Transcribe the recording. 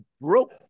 broke